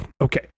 Okay